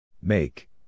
Make